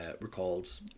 recalled